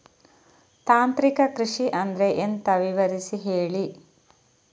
ತಾಂತ್ರಿಕ ಕೃಷಿ ಅಂದ್ರೆ ಎಂತ ವಿವರಿಸಿ ಹೇಳಿ